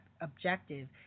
objective